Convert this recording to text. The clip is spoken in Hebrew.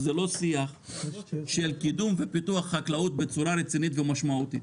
זה לא שיח של קידום ופיתוח חקלאות בצורה רצינית ומשמעותית.